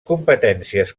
competències